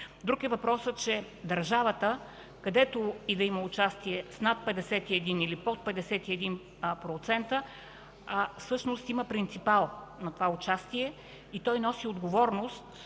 Друг е въпросът, че държавата, където и да има участие с над 51% или под 51%, всъщност има принципал на това участие. Той – съответното